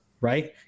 right